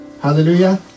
hallelujah